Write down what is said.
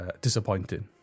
disappointing